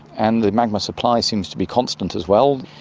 and the magma supply seems to be constant as well.